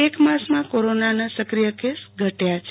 એક માસમાં કોરોના ના સાક્રિય કેસ ઘટયા છે